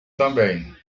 também